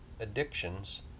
addictions